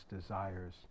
desires